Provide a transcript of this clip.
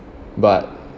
but